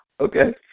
Okay